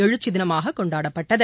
எழுச்சி தினமாக கொண்டாடப்பட்டது